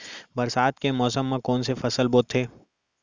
बरसात के मौसम मा कोन से फसल बोथे?